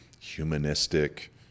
humanistic